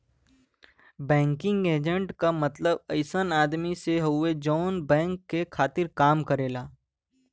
banking agent क मतलब अइसन आदमी से हउवे जौन बैंक के खातिर काम करेला